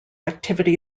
activity